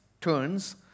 turns